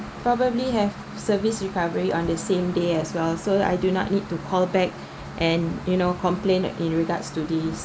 probably have service recovery on the same day as well so I do not need to call back and you know complain in regards to this